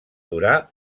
durar